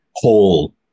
whole